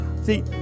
See